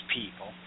people